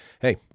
hey